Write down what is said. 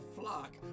flock